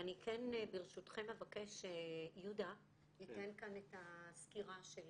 ואני כן ברשותכם אבקש שיהודה ייתן כאן את הסקירה של